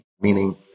meaning